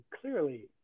clearly